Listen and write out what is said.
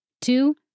two